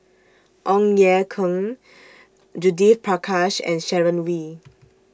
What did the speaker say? Ong Ye Kung Judith Prakash and Sharon Wee